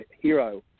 hero